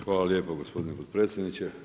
Hvala lijepo gospodine potpredsjedniče.